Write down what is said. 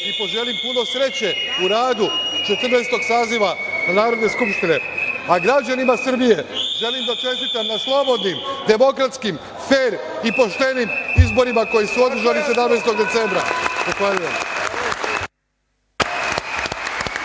i poželim puno sreće u radu Četrnaestog saziva Narodne skupštine, a građanima Srbije želim da čestitam na slobodnim, demokratskim, fer i poštenim izborima koji su održani 17. decembra